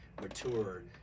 mature